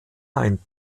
ein